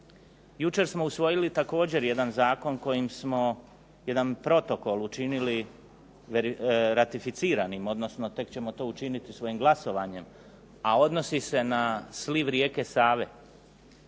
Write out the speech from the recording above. Jučer smo usvojili također jedan zakon kojim smo jedan protokol učinili ratificiranim, odnosno tek ćemo to učiniti svojim glasovanje, a odnosi se na sliv rijeke Save.